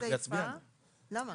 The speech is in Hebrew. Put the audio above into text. צריך להצביע עליה.